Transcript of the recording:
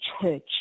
church